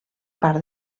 part